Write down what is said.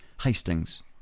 Hastings